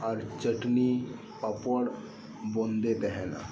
ᱟᱨ ᱪᱟᱴᱱᱤ ᱯᱟᱯᱚᱲ ᱵᱚᱸᱫᱮ ᱛᱟᱦᱮᱱᱟ